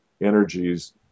energies